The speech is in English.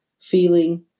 feeling